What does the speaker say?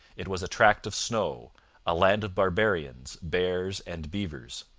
it was a tract of snow a land of barbarians, bears, and beavers.